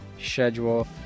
schedule